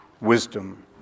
wisdom